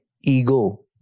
ego